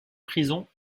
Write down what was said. prisons